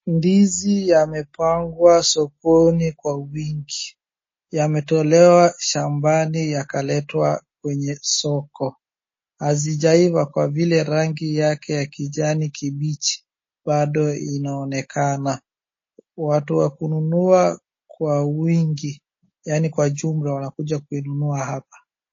Ndizi yamepangwa sokoni kwa wingi, yametolewa shambani yakaletwa kwenye soko, hazijaiva kwa vile rangi yake ya kijani kibichi bado inaonekana, watu wa kunua kwa wingi yaani kwa jumla wanakuja kununua hapa.